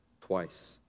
twice